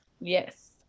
Yes